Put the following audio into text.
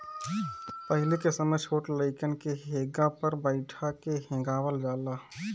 पहिले के समय छोट लइकन के हेंगा पर बइठा के हेंगावल जाला